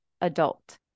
adult